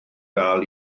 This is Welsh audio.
gael